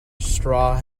straw